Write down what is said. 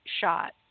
shot